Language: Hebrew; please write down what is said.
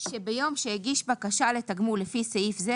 שביום שהגיש בקשה לתגמול לפי סעיף זה